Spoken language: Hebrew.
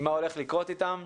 ממה הולך לקרות איתם.